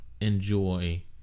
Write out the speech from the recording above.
enjoy